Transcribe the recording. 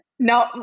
No